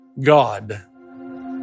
God